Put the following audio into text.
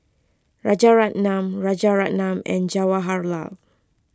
Rajaratnam Rajaratnam and Jawaharlal